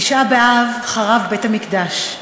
בתשעה באב חרב בית-המקדש.